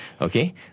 Okay